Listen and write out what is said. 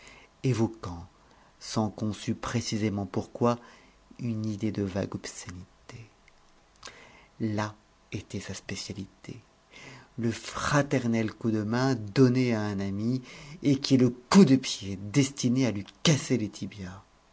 évoquant sans qu'on sût précisément pourquoi une idée de vague obscénité là était sa spécialité le fraternel coup de main donné à un ami et qui est le coup de pied destiné à lui casser les tibias